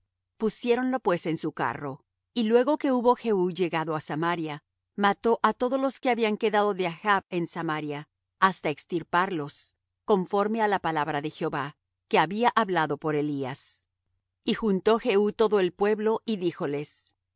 jehová pusiéronlo pues en su carro y luego que hubo jehú llegado á samaria mató á todos los que habían quedado de achb en samaria hasta extirparlos conforme á la palabra de jehová que había hablado por elías y juntó jehú todo el pueblo y díjoles